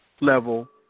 level